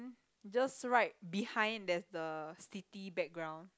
just right behind there's the city background